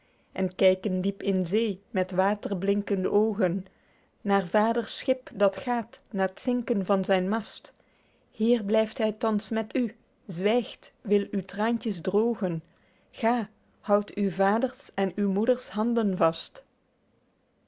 en kyken diep in zee met waterblinkende oogen naer vaders schip dat gaet naer t zinken van zyn mast hier blyft hy thans met u zwygt wil uw traentjes droogen ga houdt uw vaders en uw moeders handen vast